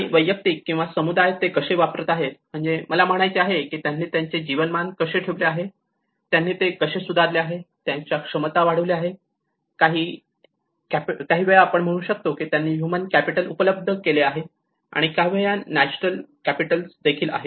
आणि वैयक्तिक किंवा समुदाय ते तसे वापरत आहे म्हणजेच मला म्हणायचे आहे की त्यांनी त्यांचे जीवनमान कसे ठेवले आहे त्यांनी ते कसे सुधारले आहे त्यांच्या क्षमता वाढवल्या आहेत आणि काही वेळा आपण म्हणू शकतो की त्यांना ह्यूमन कॅपिटल उपलब्ध आहे आणि काही वेळा नॅचरल कॅपिटल आहे